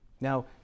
Now